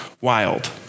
wild